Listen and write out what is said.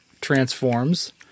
transforms